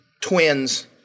twins